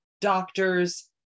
doctors